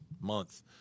month